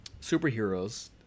superheroes